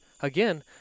again